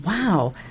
Wow